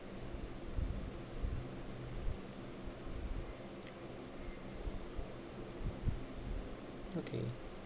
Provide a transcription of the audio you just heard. okay